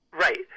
Right